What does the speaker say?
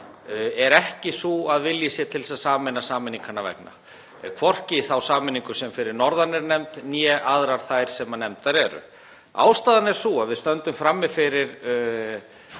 er ekki sú að vilji sé til þess að sameina sameiningarinnar vegna, hvorki þá sameiningu sem fyrir norðan er nefnd né aðrar þær sem nefndar eru. Ástæðan er sú að við stöndum frammi fyrir